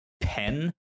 pen